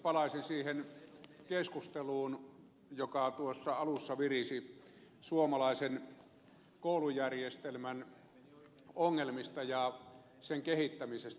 palaisin siihen keskusteluun joka tuossa alussa virisi suomalaisen koulujärjestelmän ongelmista ja sen kehittämisestä